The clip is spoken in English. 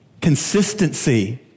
consistency